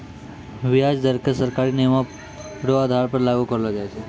व्याज दर क सरकारी नियमो र आधार पर लागू करलो जाय छै